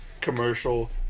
commercial